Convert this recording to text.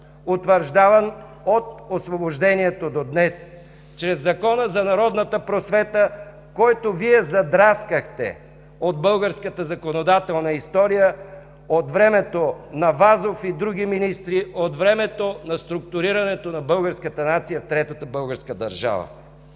утвърждаван от Освобождението до днес чрез Закона за народната просвета, който Вие задраскахте от българската законодателна история, от времето на Вазов и други министри, от времето на структурирането на българската нация в Третата българска държава.